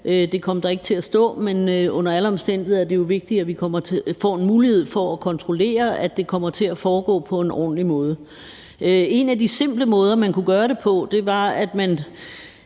Det kom der ikke til at stå, men under alle omstændigheder er det jo vigtigt, at vi får en mulighed for at kontrollere, at det kommer til at foregå på en ordentlig måde. En af de simple måder, man kunne gøre det på, var, at man,